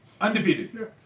Undefeated